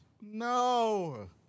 no